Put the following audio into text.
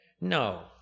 No